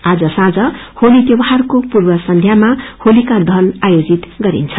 आज साँझ होली ल्यौहारको पूर्व सन्ध्यामा होलिका दहन अँयोजित गरिन्छ